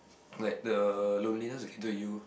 like the loneliness get to you